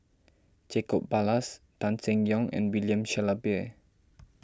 Jacob Ballas Tan Seng Yong and William Shellabear